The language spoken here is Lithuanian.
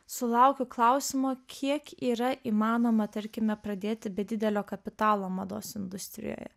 sulaukiu klausimo kiek yra įmanoma tarkime pradėti be didelio kapitalo mados industrijoje